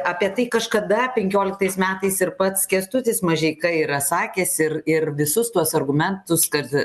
apie tai kažkada penkioliktais metais ir pats kęstutis mažeika yra sakęs ir ir visus tuos argumentus kad